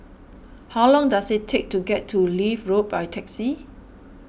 how long does it take to get to Leith Road by taxi